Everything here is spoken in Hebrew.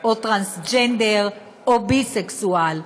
או טרנסג'נדר או ביסקסואל.